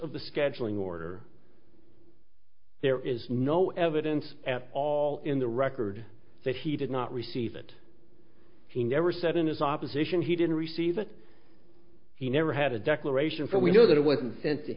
of the scheduling order there is no evidence at all in the record that he did not receive it he never sat in his opposition he didn't receive it he never had a declaration for we know that it wasn't sent to